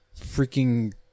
freaking